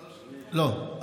לא.